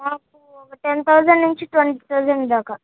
నాకు ఒక ten thousand నుంచి ట్వంటీ థౌజండ్ దాకా